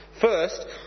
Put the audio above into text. First